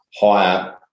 higher